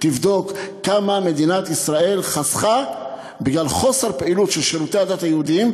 תבדוק כמה מדינת ישראל חסכה בגלל חוסר פעילות של שירותי הדת היהודיים,